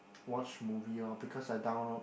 watch movie lor because I download